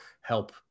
help